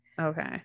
okay